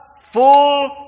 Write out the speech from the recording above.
full